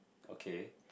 okay